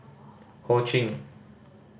Ho Ching